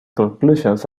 conclusions